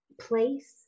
Place